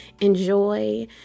enjoy